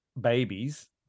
babies